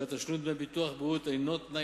שהרי תשלום דמי ביטוח בריאות אינו תנאי